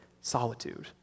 solitude